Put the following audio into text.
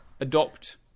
adopt